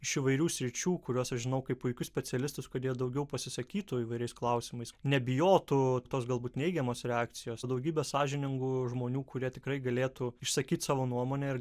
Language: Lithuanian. iš įvairių sričių kuriuos aš žinau kaip puikius specialistus kurie daugiau pasisakytų įvairiais klausimais nebijotų tos galbūt neigiamos reakcijos daugybė sąžiningų žmonių kurie tikrai galėtų išsakyt savo nuomonę